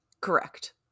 Correct